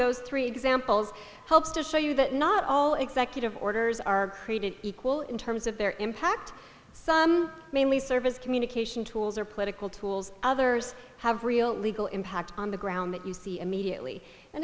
those three examples helps to show you that not all executive orders are created equal in terms of their impact some mainly service communication tools are political tools others have real legal impact on the ground that you see immediately and